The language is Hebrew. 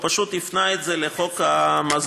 הוא פשוט הפנה את זה לחוק המזון,